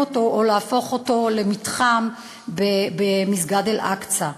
אותו או להפוך אותו למתחם במסגד אל-אקצא.